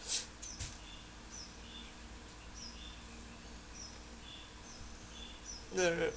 no no no